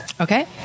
Okay